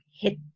hit